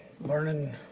learning